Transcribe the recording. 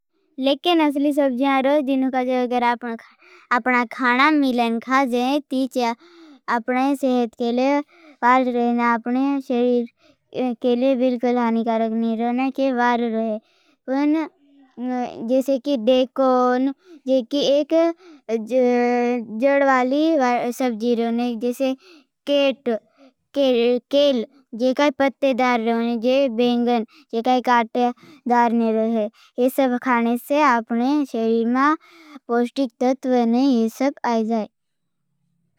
लेकेन असली सब्जियां रो जीनों का जो। अपना खाना मिलें खाजें तीछे अपने सेहत के लिए बार रहें। अपने सेरीर के लिए बिलकोल हानी कारग नहीं रोने जो बार रोहें। पर जैसे की डेकोन जैसे की एक जोड़ वाली सब्जी रोने जैसे केल। जे काई पते दार रोने जे बेंगन जे काई काटे दार नहीं रोहें। ये सब खाने से अपने सेरीर में पॉष्टिक तत्वने ये सब आय जाए।